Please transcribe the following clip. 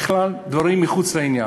בכלל דברים מחוץ לעניין.